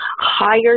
higher